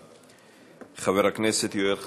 חבר הכנסת יואל חסון.